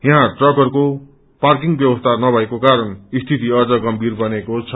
यहाँ ट्रकहरूको पार्किङ व्यवस्था नभएको कारण स्थिति अझ गम्भीर बनेको छ